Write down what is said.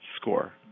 score